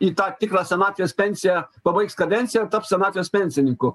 į tą tikrą senatvės pensiją pabaigs kadenciją taps senatvės pensininku